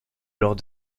lors